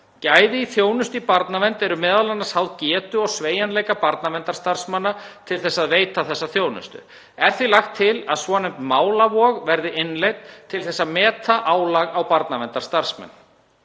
Gæði þjónustu í barnavernd eru m.a. háð getu og sveigjanleika barnaverndarstarfsmanna til þess að veita þessa þjónustu. Er því lagt til að svonefnd málavog verði innleidd til þess að meta álag á barnaverndarstarfsmenn.